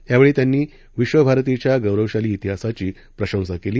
त्यावेळी त्यांनी विधभारतीच्या गौरवशाली तिहासाची प्रशंसा केली